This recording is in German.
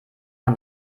man